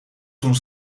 toen